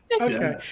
Okay